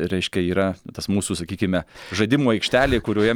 reiškia yra tas mūsų sakykime žaidimų aikštelė kurioje